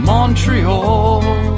Montreal